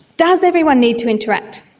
does everyone need to interact?